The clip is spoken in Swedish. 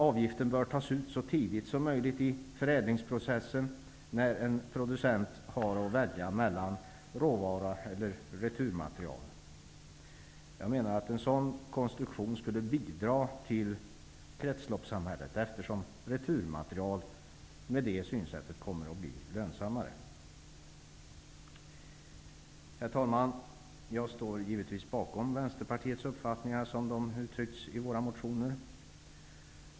Avgiften bör tas ut så tidigt som möjligt i förädlingsprocessen när en producent har att välja mellan råvara och naturmaterial. Jag menar att en sådan konstruktion skulle bidra till kretsloppssamhället, eftersom returmaterial kommer att bli lönsammare. Herr talman! Jag står givetvis bakom Vänsterpartiets uppfattningar såsom de uttrycks i våra motioner.